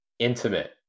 intimate